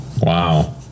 wow